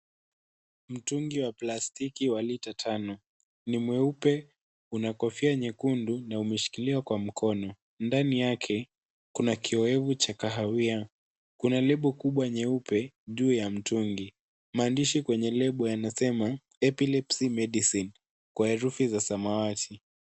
Mtungi wa plastiki wa lita tano ni mweupe una kofia nyekundu na umeshikiliwa kwa mkono, ndani yake kuna kiowevu cha kahawia kuna lebo kubwa nyeupe, juu ya mtungi maandishi kwenye lebo yanasema Epilepsy Medicine kwa herufi za samawati.